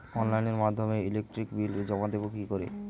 অনলাইনের মাধ্যমে electric bill জমা দেবো কি করে?